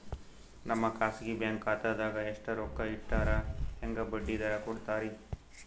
ನಮ್ಮ ಖಾಸಗಿ ಬ್ಯಾಂಕ್ ಖಾತಾದಾಗ ಎಷ್ಟ ರೊಕ್ಕ ಇಟ್ಟರ ಹೆಂಗ ಬಡ್ಡಿ ದರ ಕೂಡತಾರಿ?